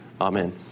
Amen